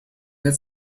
get